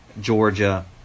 Georgia